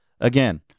Again